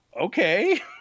Okay